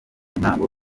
ntango